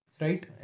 right